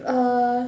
uh